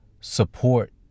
support